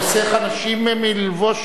זה חוסך אנשים מלבוש,